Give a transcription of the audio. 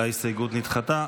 ההסתייגות נדחתה.